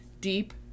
Deep